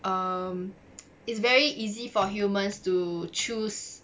um it's very easy for humans to choose